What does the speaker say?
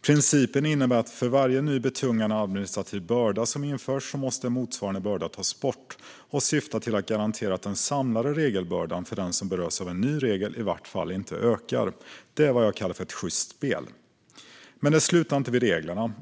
Principen innebär att för varje ny betungande administrativ börda som införs måste en motsvarande börda tas bort och syftar till att garantera att den samlade regelbördan för den som berörs av en ny regel i vart fall inte ökar. Det är vad jag kallar för ett sjyst spel. Men det slutar inte vid reglerna.